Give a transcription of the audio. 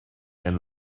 and